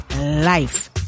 life